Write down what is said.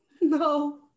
no